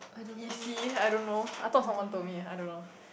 Is he I don't know I thought someone told me I don't know